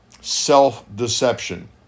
self-deception